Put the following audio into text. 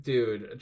Dude